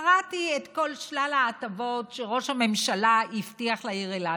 קראתי את כל שלל ההטבות שראש הממשלה הבטיח לעיר אילת.